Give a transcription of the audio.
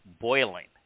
boiling